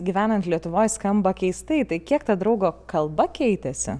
gyvenant lietuvoj skamba keistai tai kiek ta draugo kalba keitėsi